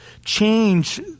change